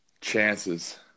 Chances